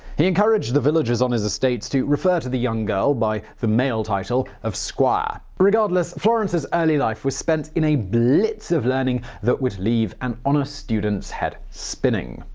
he encouraged the villagers on his estates to refer to the young girl by the male title squire. regardless, florence's early life was spent in a blitz of learning that would leave an honor student's head spinning.